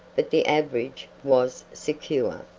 but the average was secure.